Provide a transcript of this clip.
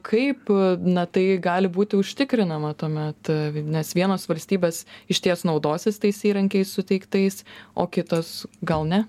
kaip na tai gali būti užtikrinama tuomet nes vienos valstybės išties naudosis tais įrankiais suteiktais o kitos gal ne